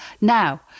Now